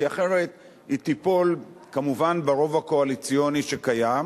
כי אחרת היא תיפול כמובן ברוב הקואליציוני שקיים.